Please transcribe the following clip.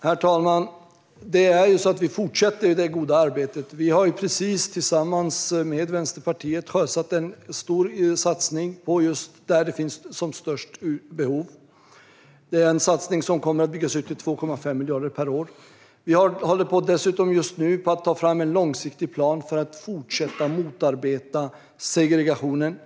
Herr talman! Vi fortsätter det goda arbetet. Tillsammans med Vänsterpartiet har vi precis sjösatt en stor satsning där det finns som störst behov, och den kommer att byggas ut till 2,5 miljarder per år. Dessutom håller vi just nu på att ta fram en långsiktig plan för att fortsätta motarbeta segregationen.